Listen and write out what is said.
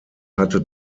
hatte